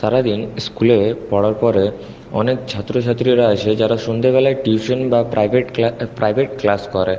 সারাদিন স্কুলে পড়ার পরে অনেক ছাত্রছাত্রীরা এসে যারা সন্ধেবেলায় টিউশন বা প্রাইভেট প্রাইভেট ক্লাস করে